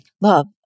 love